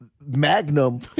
magnum